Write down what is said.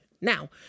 Now